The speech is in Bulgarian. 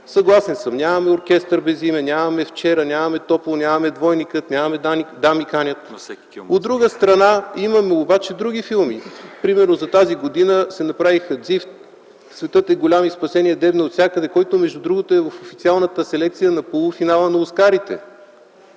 Съгласен съм. Нямаме „Оркестър без име”, нямаме „Вчера”, нямаме „Топло”, нямаме „Двойникът”, нямаме „Дами канят”! От друга страна имаме обаче други филми. Примерно за тази година се направиха „Дзифт”, „Източни пиеси”, „Светът е голям и спасение дебне отвсякъде”, който между другото е в официалната селекция на полуфинала на Оскарите.